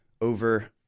over